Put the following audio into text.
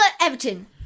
Everton